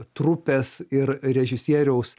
trupės ir režisieriaus